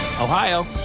Ohio